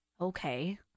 Okay